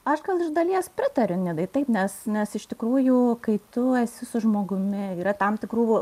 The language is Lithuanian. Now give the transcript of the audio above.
aš gal iš dalies pritariu nidai taip nes nes iš tikrųjų kai tu esi su žmogumi yra tam tikrų